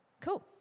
Cool